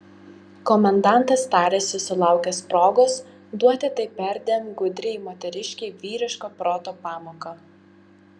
komendantas tarėsi sulaukęs progos duoti tai perdėm gudriai moteriškei vyriško proto pamoką